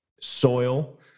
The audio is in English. soil